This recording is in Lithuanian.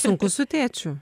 sunku su tėčiu